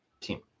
team